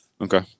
Okay